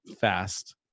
fast